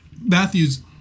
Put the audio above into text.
Matthew's